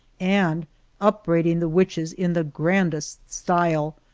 and upbraiding the witches in the grandest style,